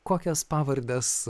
kokias pavardes